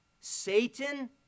Satan